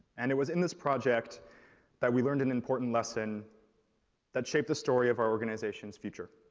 and it was in this project that we learned an important lesson that shaped the story of our organization's future.